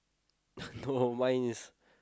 no mine is